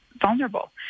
vulnerable